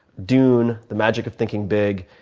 dune, the magic of thinking big,